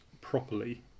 properly